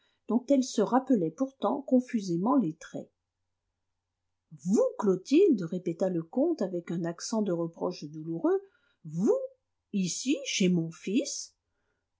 dont elle se rappelait pourtant confusément les traits vous clotilde répéta le comte avec un accent de reproche douloureux vous ici chez mon fils